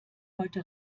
heute